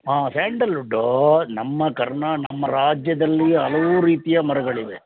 ಹಾಂ ಸ್ಯಾಂಡಲ್ವುಡ್ಡು ನಮ್ಮ ಕರ್ನಾ ನಮ್ಮ ರಾಜ್ಯದಲ್ಲಿ ಹಲವು ರೀತಿಯ ಮರಗಳಿವೆ